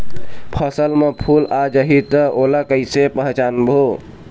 फसल म फूल आ जाही त ओला कइसे पहचानबो?